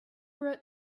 wrote